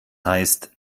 heißt